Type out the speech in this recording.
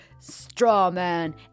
Strawman